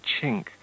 chink